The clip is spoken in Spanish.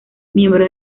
miembro